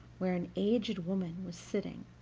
where an aged woman was sitting,